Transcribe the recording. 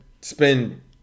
spend